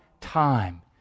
time